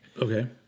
Okay